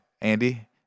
andy